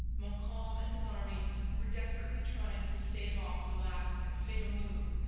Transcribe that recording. montcalm and his army were desperately trying to stave off the last and fatal move,